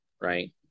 right